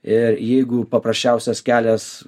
ir jeigu paprasčiausias kelias